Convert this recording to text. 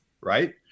right